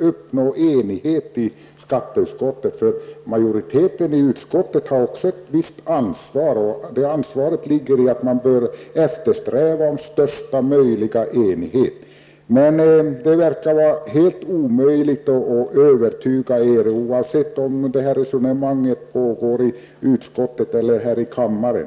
uppnå enighet i skatteutskottet, Knut Wachtmeister. Majoriteten i utskottet har också ett visst ansvar, och det ansvaret ligger i att man bör eftersträva största möjliga enighet. Men det verkar vara helt omöjligt att övertyga er, oavsett om detta resonemang pågår i utskottet eller här i kammaren.